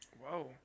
Whoa